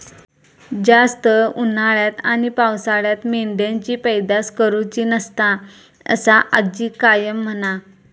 जास्त उन्हाळ्यात आणि पावसाळ्यात मेंढ्यांची पैदास करुची नसता, असा आजी कायम म्हणा